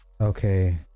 Okay